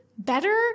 better